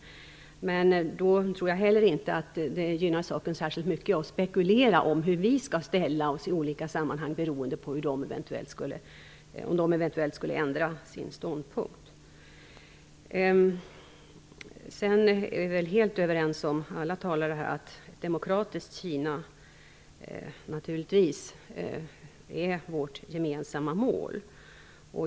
Jag tror inte att det gynnas av att man spekulerar om hur vi skall ställa oss i olika sammanhang beroende på om Taiwan eventuellt skulle ändra sin ståndpunkt. Vi alla är helt överens om att ett demokratiskt Kina naturligtvis är vårt gemensamma mål.